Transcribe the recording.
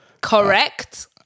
correct